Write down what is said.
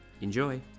Enjoy